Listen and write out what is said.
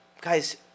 Guys